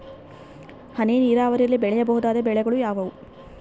ಹನಿ ನೇರಾವರಿಯಲ್ಲಿ ಬೆಳೆಯಬಹುದಾದ ಬೆಳೆಗಳು ಯಾವುವು?